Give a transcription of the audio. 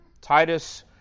Titus